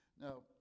Now